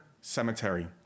cemetery